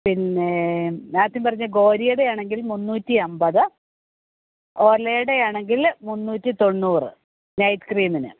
പിന്നെ ആദ്യം പറഞ്ഞ ഗോരിയുടെ ആണെങ്കിൽ മുന്നൂറ്റി അമ്പത് ഓലയുടെ ആണെങ്കിൽ മുന്നൂറ്റി തൊണ്ണൂറ് നൈറ്റ് ക്രീമിന്